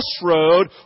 crossroad